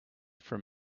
from